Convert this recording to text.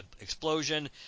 explosion